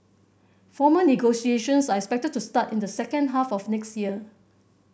formal negotiations are expected to start in the second half of next year